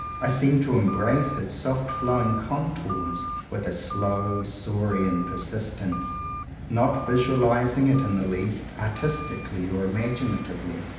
i seem to embrace its soft-flowing contours with a slow, saurian persistence not visualizing it in the least, artistically or imaginatively,